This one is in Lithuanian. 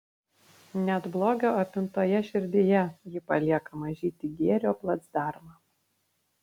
net blogio apimtoje širdyje ji palieka mažytį gėrio placdarmą